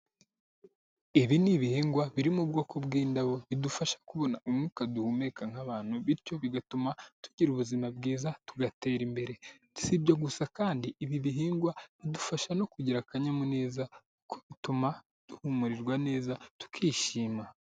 Ibi ni ibihingwa biri mu bwoko bw'indabo, bidufasha kubona umwuka duhumeka nk'abantu, bityo bigatuma tugira ubuzima bwiza tugatera imbere. Si ibyo gusa kandi ibi bihingwa, bidufasha no kugira akanyamuneza kuko bituma duhumurirwa neza tukishima.